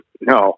No